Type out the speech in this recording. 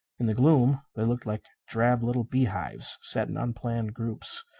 in the gloom they looked like drab little beehives set in unplanned groups,